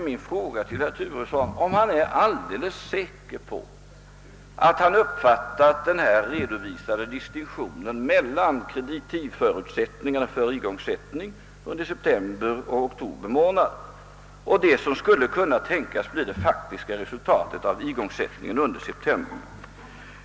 Min fråga till herr Turesson är då om han är alldeles säker på att han uppfattat den här redovisade distinktionen mellan = kreditivförutsättningarna för igångsättning under månaderna september och oktober och det som skulle kunna tänkas bli det faktiska resultatet av igångsättningen under september.